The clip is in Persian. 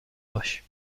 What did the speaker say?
باش